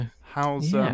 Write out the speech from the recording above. How's